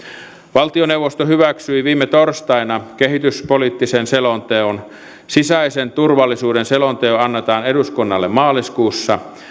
valtioneuvosto hyväksyi viime torstaina kehityspoliittisen selonteon sisäisen turvallisuuden selonteko annetaan eduskunnalle maaliskuussa